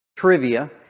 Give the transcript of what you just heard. Trivia